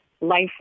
life